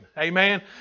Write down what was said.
Amen